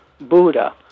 Buddha